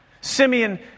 Simeon